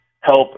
help